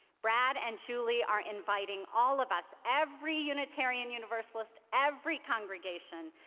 brad and julie are inviting all of us, every unitarian universalist, every congregation,